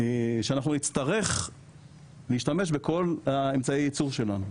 שאנחנו נצטרך להשתמש בכל אמצעי היצור שלנו,